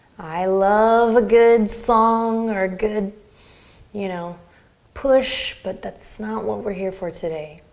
i love a good song or good you know push but that's not what we're here for today.